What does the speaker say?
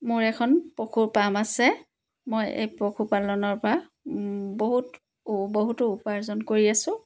মোৰ এখন পশুৰ পাম আছে মই এই পশুপালনৰ পৰা বহুত উ বহুতো উপাৰ্জন কৰি আছোঁ